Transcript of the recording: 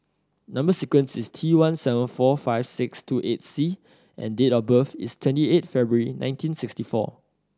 number sequence is T one seven four five six two eight C and date of birth is twenty eight February nineteen sixty four